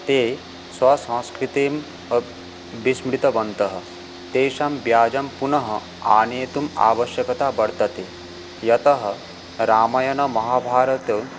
ते स्वसंस्कृतिं विस्मृतवन्तः तेषां व्याजं पुनः आनेतुम् आवश्यकता वर्तते यतः रामायणमहाभारतं